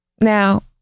Now